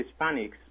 Hispanics